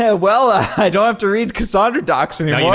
yeah well, i don't have to read cassandra docs and yeah yeah